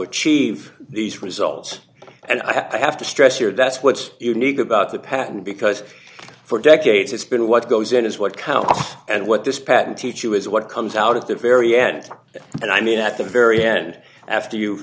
achieve these results and i have to stress you're that's what's unique about the patent because for decades it's been what goes in is what counts and what this patent teach you is what comes out at the very end and i mean at the very end after you